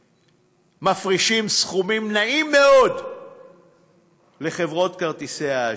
שמפרישים סכומים נאים מאוד לחברות כרטיסי האשראי.